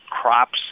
crops